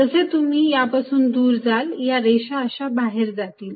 जसे तुम्ही यापासून दूर जाल या रेषा अशा बाहेर जातील